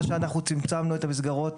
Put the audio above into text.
מה שאנחנו צמצמנו את המסגרות,